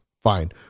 Fine